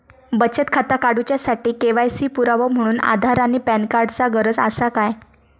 बचत खाता काडुच्या साठी के.वाय.सी पुरावो म्हणून आधार आणि पॅन कार्ड चा गरज आसा काय?